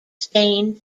stain